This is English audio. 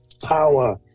power